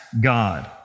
God